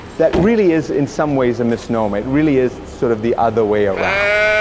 that really is in some ways, a misnomer, it really is sort of the other way around.